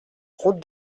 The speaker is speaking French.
route